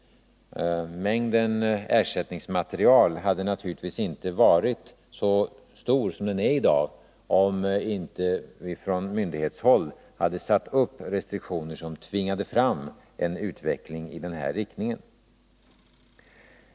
Mängden ersättningsmaterial hade naturligtvisinte varit så stor som den är i dag, om inte vi från myndighetshåll hade satt upp restriktioner som tvingade fram en utveckling i den här riktningen.